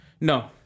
No